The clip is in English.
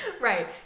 Right